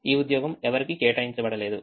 ఈ ఉద్యోగం ఎవరికీ కేటాయించబడలేదు